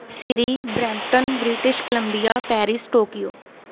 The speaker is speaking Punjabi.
Siri Brampton British Columbia Paris Tokyo